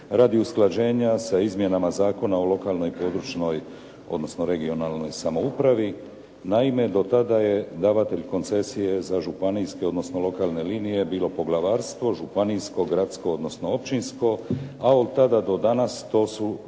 radi usklađenja sa izmjenama Zakona o lokalnoj i područnoj odnosno regionalnoj samoupravi. Naime, do tada je davatelj koncesije za županijske odnosno lokalne linije bilo poglavarstvo županijsko, gradsko odnosno općinsko a od tada do danas to su